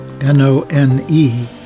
N-O-N-E